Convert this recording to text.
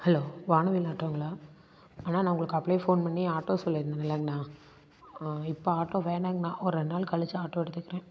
hello வானவில் ஆட்டோங்களா அண்ணா நான் உங்களுக்கு அப்பவே ஃபோன் பண்ணி ஆட்டோ சொல்லியிருந்தேன் இல்லைங்க அண்ணா இப்போ ஆட்டோ வேணாங்கண்ணா ஒரு ரெண்டு நாள் கழிச்சு ஆட்டோ எடுத்துக்கிறேன்